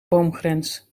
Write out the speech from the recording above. boomgrens